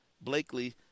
Blakely